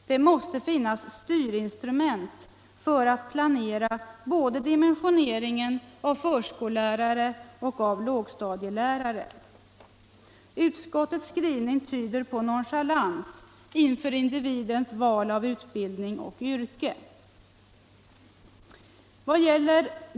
Det måste finnas styrinstrument för att planera dimensioneringen både av förskollärare och av lågstadielärare. Utskottets skrivning tyder på nonchalans inför individens val av utbildning och yrke.